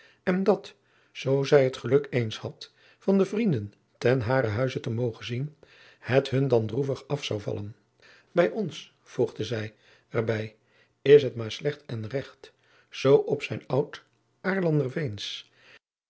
en dat zoo zij het geluk eens had van de vrienden ten haren huize te mogen zien het hun dan droevig af zou vallen bij ons voegde zij er bij is het maar slecht en regt zoo op zijn oud aarlander veensch